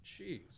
Jeez